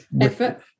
Effort